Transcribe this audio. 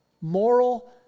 moral